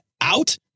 out